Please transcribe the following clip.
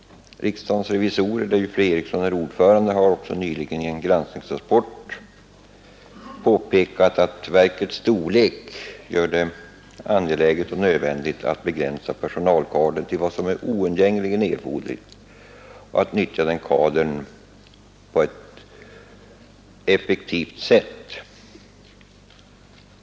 Riksdagens revisorer, där ju fru Eriksson i Stockholm är ordförande, har också nyligen i en granskningsrapport påpekat att verkets storlek gör det angeläget och nödvändigt att begränsa personalkadern till vad som är oundgängligen erforderligt och att utnyttja den kadern på ett effektivt sätt.